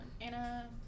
Anna